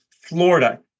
Florida